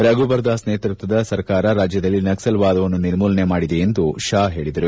ರಘುಬರ್ದಾಸ್ ನೇತೃತ್ವದ ಸರ್ಕಾರ ರಾಜ್ಯದಲ್ಲಿ ನಕ್ಲಲ್ ವಾದವನ್ನು ನಿರ್ಮೂಲನೆ ಮಾಡಿದೆ ಎಂದು ಶಾ ಪೇಳಿದರು